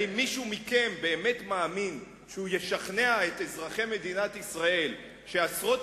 האם מישהו מכם באמת מאמין שהוא ישכנע את אזרחי מדינת ישראל שעשרות